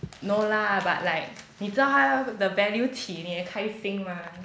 no lah but like 你知道它的 value 起你也开心吗